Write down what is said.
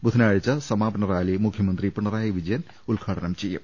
ബുധനാഴ്ച സമാപന റാലി മുഖ്യമന്ത്രി പിണറായി വിജയൻ ഉദ്ഘാടനം ചെയ്യും